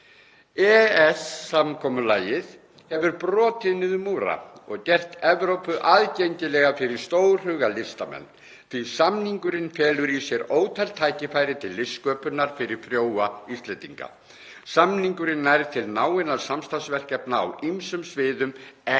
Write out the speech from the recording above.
EES-samkomulagið hefur brotið niður múra og gert Evrópu aðgengilega fyrir stórhuga listamenn því samningurinn felur í sér ótal tækifæri til listsköpunar fyrir frjóa Íslendinga. Samningurinn nær til náinna samstarfsverkefna á ýmsum sviðum, ekki